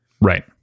Right